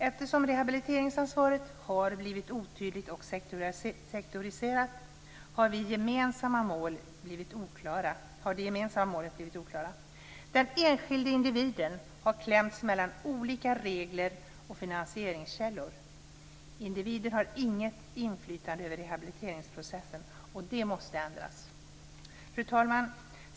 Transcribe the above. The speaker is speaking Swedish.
Eftersom rehabiliteringsansvaret har blivit otydligt och sektoriserat, har de gemensamma målen blivit oklara. Den enskilde individen har klämts mellan olika regler och finansieringskällor. Individen har inget inflytande över rehabiliteringsprocessen. Det måste ändras. Fru talman!